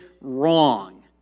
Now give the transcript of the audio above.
wrong